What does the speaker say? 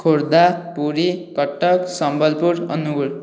Khordha Puri Cuttack Sambalpur Angul